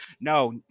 No